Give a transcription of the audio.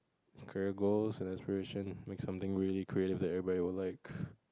career goals and aspiration make something really creative that everybody will like